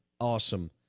awesome